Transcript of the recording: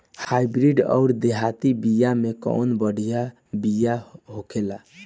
Hybrid अउर देहाती बिया मे कउन बढ़िया बिया होखेला?